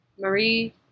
Marie